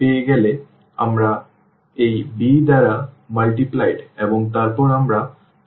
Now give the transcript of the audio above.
সুতরাং আমরা এই b দ্বারা গুণিত এবং তারপর আমরা x পাব